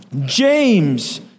James